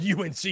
UNC